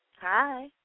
Hi